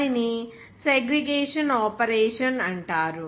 దానిని segregation operation అంటారు